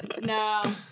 No